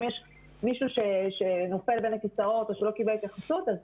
אם יש מישהו שנופל בין הכיסאות או שלא קיבל התייחסות אז